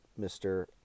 Mr